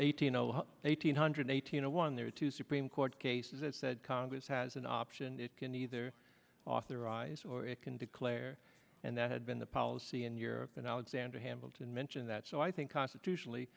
eighteen zero one eight hundred eighteen zero one there were two supreme court cases that said congress has an option it can either authorize or it can declare and that had been the policy in europe and alexander hamilton mentioned that so i think constitutionally